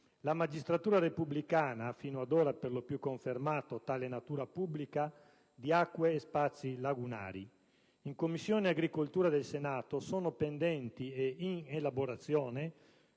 La magistratura repubblicana fino ad ora ha, per lo più, confermato tale natura pubblica di acque e spazi lagunari. In Commissione agricoltura del Senato sono pendenti e in elaborazione